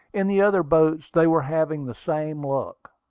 in the other boats they were having the same luck.